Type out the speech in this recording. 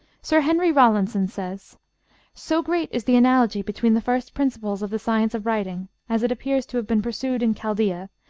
sir henry rawlinson says so great is the analogy between the first principles of the science of writing, as it appears to have been pursued in chaldea,